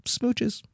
Smooches